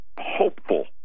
hopeful